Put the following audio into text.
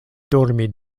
dormi